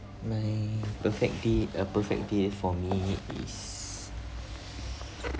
my perfect day a perfect day for me is